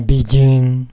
Beijing